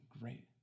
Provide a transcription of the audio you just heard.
great